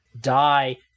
Die